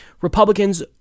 Republicans